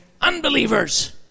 unbelievers